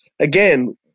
Again